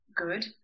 good